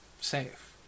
safe